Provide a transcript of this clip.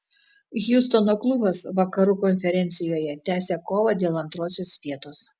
hjustono klubas vakarų konferencijoje tęsia kovą dėl antrosios vietos